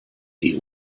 die